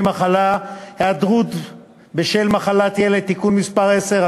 מחלה (היעדרות בשל מחלת ילד) (תיקון מס' 10),